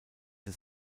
des